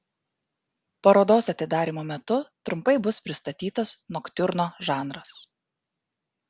parodos atidarymo metu trumpai bus pristatytas noktiurno žanras